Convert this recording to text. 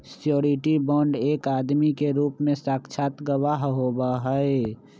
surety bond एक आदमी के रूप में साक्षात गवाह होबा हई